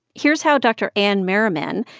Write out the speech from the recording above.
here's how dr. anne merriman,